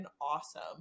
awesome